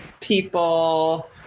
people